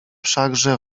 wszakże